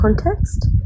context